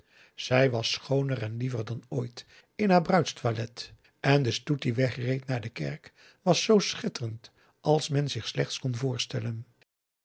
zij was schooner en liever dan ooit in haar bruidstoilet en de stoet die wegreed naar de kerk was zoo schitterend als men zich slechts kon voorstellen